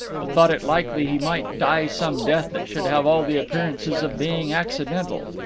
but thought it likely he might die some death that should have all the appearances of being accidental.